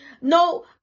No